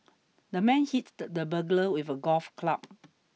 the man hit the burglar with a golf club